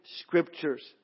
Scriptures